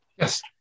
yes